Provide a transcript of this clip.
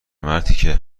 مرتیکه